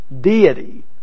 deity